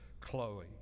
Chloe